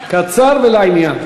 קצר ולעניין.